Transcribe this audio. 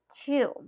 two